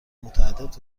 متعدد